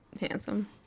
Handsome